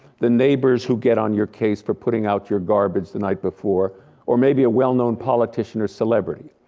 the neighbors who get on your case for putting out your garbage the night before or maybe a well-known politician or celebrity.